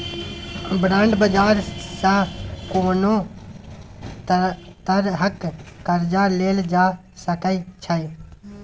bond बाजार सँ कोनो तरहक कर्जा लेल जा सकै छै